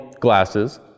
glasses